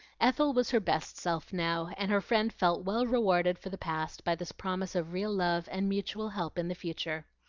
ethel was her best self now, and her friend felt well rewarded for the past by this promise of real love and mutual help in the future.